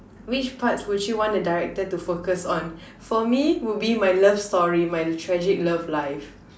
which parts would you want the director to focus on for me would be my love story my tragic love life